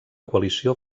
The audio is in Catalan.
coalició